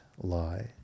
lie